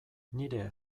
nire